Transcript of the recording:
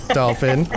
dolphin